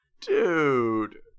Dude